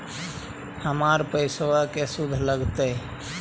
हमर पैसाबा के शुद्ध लगतै?